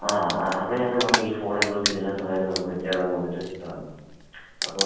ആ ആ ആ അവനാണ് പറഞ്ഞത് ഈ ഫോണെന്തോ കിടിലൻ സാധനമാണ് മറ്റേതാണ് മറിച്ചിട്ടതാണ് അപ്പോൾ